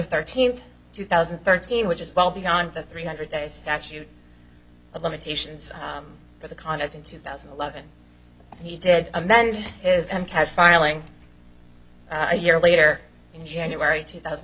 thirteen two thousand and thirteen which is well beyond the three hundred days statute of limitations for the conduct in two thousand and eleven he did amend his and kept filing a year later in january two thousand